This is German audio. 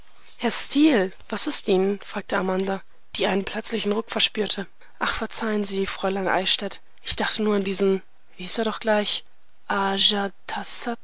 herr steel was ist ihnen fragte amanda die einen plötzlichen ruck verspürte ach verzeihen sie fräulein eichstädt ich dachte nur an diesen wie hieß er doch gleich